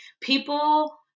people